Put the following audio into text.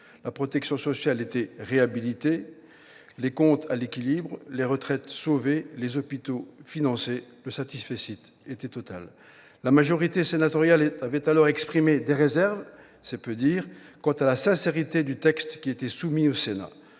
La protection sociale était réhabilitée, les comptes à l'équilibre, les retraites sauvées, les hôpitaux financés : le satisfecit était total. La majorité sénatoriale avait alors exprimé des réserves- c'est peu dire -quant à la sincérité du texte qui était soumis au Sénat.